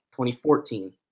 2014